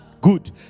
Good